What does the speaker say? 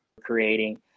creating